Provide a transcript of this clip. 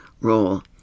role